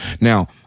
Now